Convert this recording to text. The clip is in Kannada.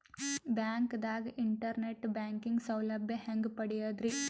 ಬ್ಯಾಂಕ್ದಾಗ ಇಂಟರ್ನೆಟ್ ಬ್ಯಾಂಕಿಂಗ್ ಸೌಲಭ್ಯ ಹೆಂಗ್ ಪಡಿಯದ್ರಿ?